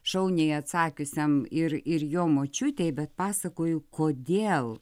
šauniai atsakiusiam ir ir jo močiutei bet pasakoju kodėl